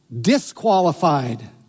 Disqualified